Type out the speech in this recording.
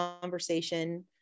conversation